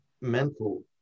mental